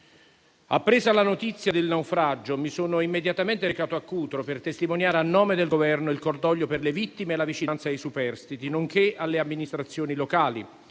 Appresa la notizia del naufragio, mi sono immediatamente recato a Cutro per testimoniare, a nome del Governo, il cordoglio per le vittime e la vicinanza ai superstiti, nonché alle amministrazioni locali.